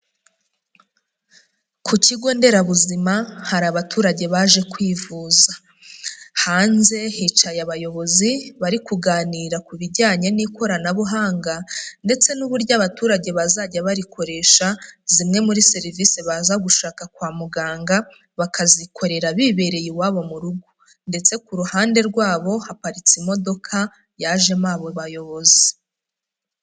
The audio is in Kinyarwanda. Ku kigo nderabuzima hari abaturage baje kwivuza, hanze hicaye abayobozi bari kuganira ku bijyanye n'ikoranabuhanga ndetse n'uburyo abaturage bazajya barikoresha zimwe muri serivisi baza gushaka kwa muganga, bakazikorera bibereye iwabo mu rugo ndetse ku ruhande rwabo haparitse imodoka yajemo abo bayobozi.